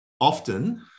Often